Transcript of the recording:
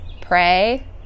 pray